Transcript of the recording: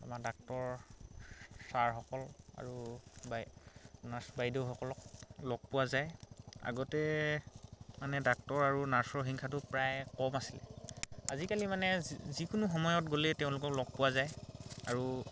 আমাৰ ডাক্তৰ ছাৰসকল আৰু বাই নাৰ্ছ বাইদেউ সকলক লগ পোৱা যায় আগতে মানে ডাক্তৰ আৰু নাৰ্ছৰ সংখ্যাটো প্ৰায় কম আছিলে আজিকালি মানে যিকোনো সময়ত গ'লে তেওঁলোকক লগ পোৱা যায় আৰু